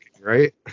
right